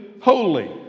holy